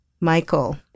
Michael